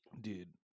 Dude